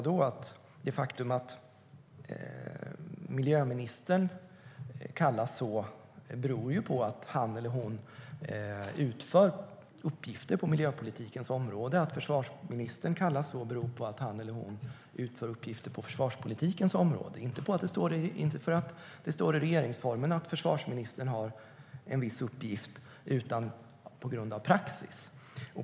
Det faktum att miljöministern kallas miljöminister beror på att han eller hon utför uppgifter på miljöpolitikens område, att försvarsministern kallas så beror på han eller hon utför uppgifter på försvarspolitikens område, inte för att det står i regeringsformen att försvarsministern har en viss uppgift utan på grund av praxis.